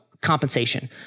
compensation